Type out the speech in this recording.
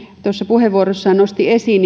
tuossa puheenvuorossaan nosti esiin